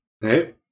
Hey